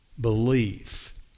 belief